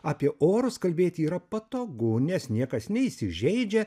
apie orus kalbėti yra patogu nes niekas neįsižeidžia